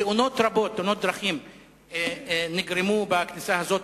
תאונות דרכים רבות נגרמו בכניסה הזאת,